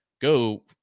go